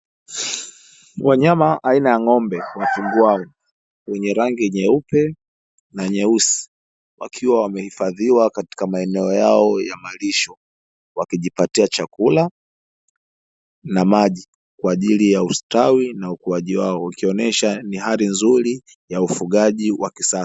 Wanyama aina ya ng'ombe wachungwao wenye rangi nyeupe na nyeusi wakiwa wamehifadhiwa katika maeneo yao ya malisho, wakijipatia chakula na maji kwa ajili ya ustawi na ukuaji wao ukionyesha ni hali nzuri ya ufugaji wa kisasa.